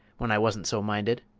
when i wasn't so minded.